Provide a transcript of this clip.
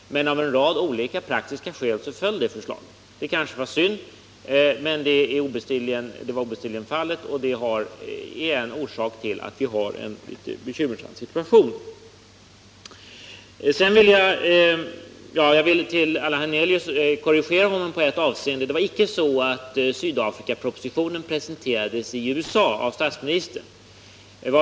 Men av en rad olika praktiska skäl föll det förslaget. Det kanske var synd, men så var obestridligen fallet, och det är en orsak till att vi nu har en bekymmersam situation. Jag vill korrigera Allan Hernelius i ett avseende. Det var icke så att Sydafrikapropositionen presenterades av statsministern i USA.